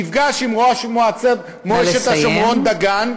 נפגש עם ראש המועצה האזורית שומרון דגן,